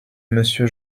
monsieur